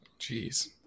Jeez